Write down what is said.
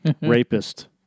Rapist